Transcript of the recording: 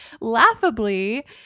laughably